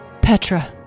Petra